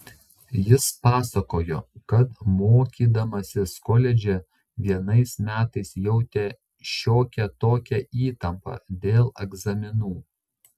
jis pasakojo kad mokydamasis koledže vienais metais jautė šiokią tokią įtampą dėl egzaminų